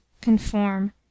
CONFORM